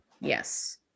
Yes